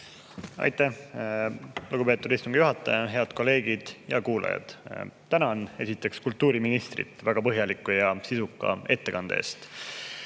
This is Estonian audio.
Aitäh, lugupeetud istungi juhataja! Head kolleegid ja kuulajad! Tänan kultuuriministrit väga põhjaliku ja sisuka ettekande eest.